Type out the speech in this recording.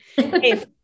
Okay